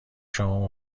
شما